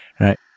right